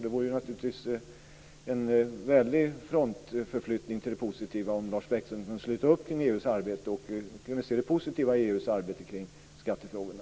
Det vore naturligtvis en väldig frontförflyttning till det positiva, om Lars Bäckström kunde sluta upp i EU:s arbete och kunde se det positiva i EU:s arbete i skattefrågorna.